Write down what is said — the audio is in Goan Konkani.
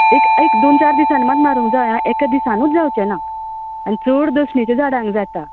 एक दोन चार दिसांनी मात मारूंक जाय आं एका दिसानूच जावचें ना आनी चड दसणीच्या झाडांक जाता